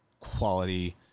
quality